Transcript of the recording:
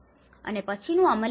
અને પછીનું અમલીકરણ છે